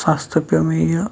سَستہٕ پیٚو مےٚ یہِ